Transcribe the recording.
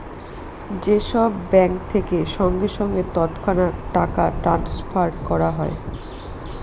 যে সব ব্যাঙ্ক থেকে সঙ্গে সঙ্গে তৎক্ষণাৎ টাকা ট্রাস্নফার করা হয়